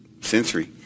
sensory